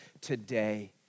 today